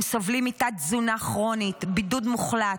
הם סובלים מתת-תזונה כרונית, בידוד מוחלט,